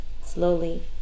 slowly